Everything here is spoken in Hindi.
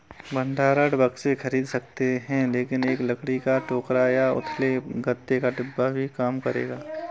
भंडारण बक्से खरीद सकते हैं लेकिन एक लकड़ी का टोकरा या उथले गत्ते का डिब्बा भी काम करेगा